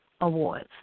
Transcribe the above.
awards